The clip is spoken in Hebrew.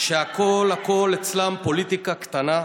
שהכול הכול אצלם פוליטיקה קטנה,